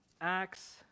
Acts